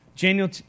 Daniel